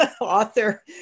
author